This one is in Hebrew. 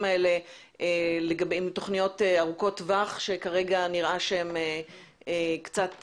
האלה בתוכניות ארוכות טווח שכרגע נראה שהן תקועות.